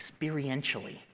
experientially